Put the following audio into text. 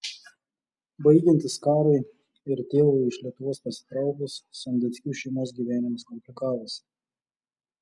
baigiantis karui ir tėvui iš lietuvos pasitraukus sondeckių šeimos gyvenimas komplikavosi